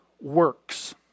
works